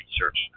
research